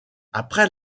après